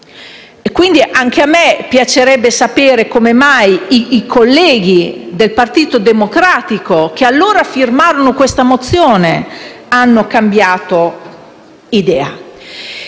quindi, piacerebbe sapere come mai i colleghi del Partito Democratico, che allora firmarono quella mozione, hanno cambiato idea.